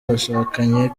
bashakanye